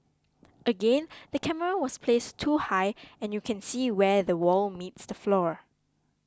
again the camera was placed too high and you can see where the wall meets the floor